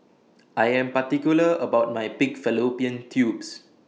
I Am particular about My Pig Fallopian Tubes